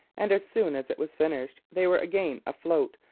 and as soon as it was finished they were again afloat,